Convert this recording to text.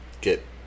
get